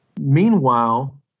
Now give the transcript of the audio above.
meanwhile